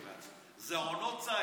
זה עונות ציד.